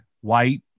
white